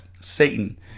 Satan